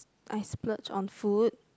I splurge on food